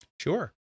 Sure